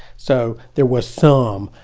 so there were some.